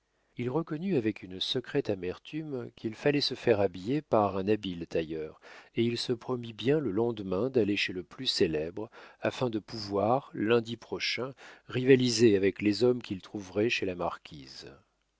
il reconnut avec une secrète amertume qu'il fallait se faire habiller par un habile tailleur et il se promit bien le lendemain d'aller chez le plus célèbre afin de pouvoir lundi prochain rivaliser avec les hommes qu'il trouverait chez la marquise